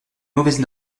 mauvaises